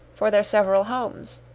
for their several homes!